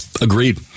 Agreed